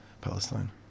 Palestine